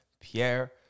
Pierre